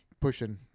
pushing